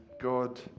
God